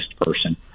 person